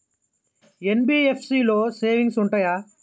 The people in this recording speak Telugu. ఎన్.బి.ఎఫ్.సి లో సేవింగ్స్ ఉంటయా?